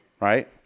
Right